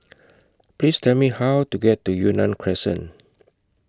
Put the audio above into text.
Please Tell Me How to get to Yunnan Crescent